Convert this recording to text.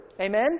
Amen